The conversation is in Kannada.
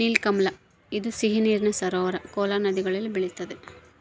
ನೀಲಕಮಲ ಇದು ಸಿಹಿ ನೀರಿನ ಸರೋವರ ಕೋಲಾ ನದಿಗಳಲ್ಲಿ ಬೆಳಿತಾದ